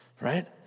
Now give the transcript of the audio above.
right